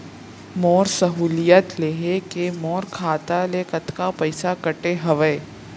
मोर सहुलियत लेहे के मोर खाता ले कतका पइसा कटे हवये?